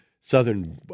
southern